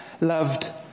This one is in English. loved